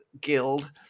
guild